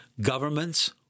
governments